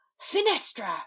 Finestra